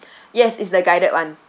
yes it's the guided [one]